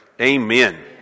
amen